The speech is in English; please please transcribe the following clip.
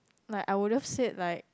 like I would have just said like